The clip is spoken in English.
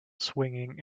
swinging